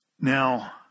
Now